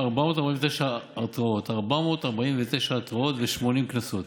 449 התראות ו-80 קנסות,